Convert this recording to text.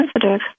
sensitive